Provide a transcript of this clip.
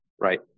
Right